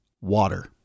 Water